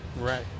Right